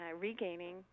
regaining